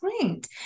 great